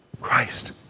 Christ